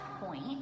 point